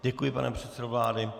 Děkuji, pane předsedo vlády.